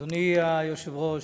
אדוני היושב-ראש,